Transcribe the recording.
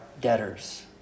debtors